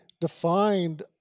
defined